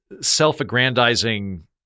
self-aggrandizing